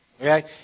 Okay